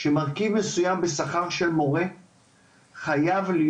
שמרכיב מסויים בשכר של מורה חייב להיות